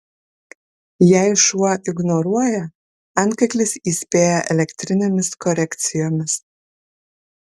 jei šuo ignoruoja antkaklis įspėja elektrinėmis korekcijomis